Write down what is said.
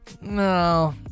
no